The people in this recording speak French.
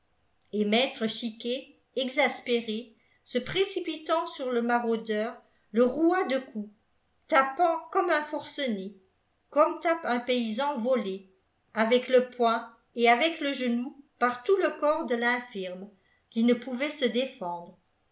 et maître chiquet exaspéré se précipitant sur le maraudeur le roua de coups tapant comme un forcené comme tape un paysan volé avec le poing et avec le genou par tout le corps de l'infirme qui ne pouvait se défendre